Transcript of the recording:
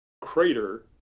crater